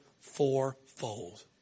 fourfold